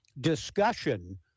discussion